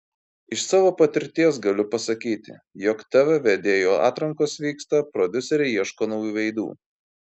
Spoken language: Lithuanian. iš savo patirties galiu pasakyti jog tv vedėjų atrankos vyksta prodiuseriai ieško naujų veidų